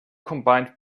combined